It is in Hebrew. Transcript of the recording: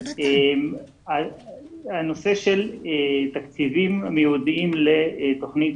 הנושא של תקציבים המיועדים לתוכנית